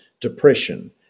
depression